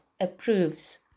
approves